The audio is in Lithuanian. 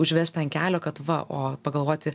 užvest ant kelio kad va o pagalvoti